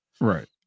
right